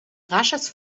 rasches